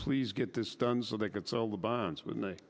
please get this done so they could sell the bonds when they